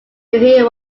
hear